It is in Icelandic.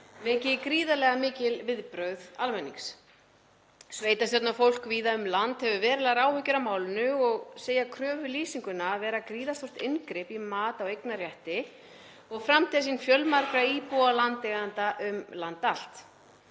veki gríðarlega mikil viðbrögð almennings. Sveitarstjórnarfólk víða um land hefur verulegar áhyggjur af málinu og segir kröfulýsinguna vera gríðarstórt inngrip í mat á eignarrétti og framtíðarsýn fjölmargra íbúa og landeigenda um land allt.